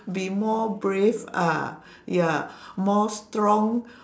be more brave ah ya more strong